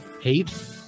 hate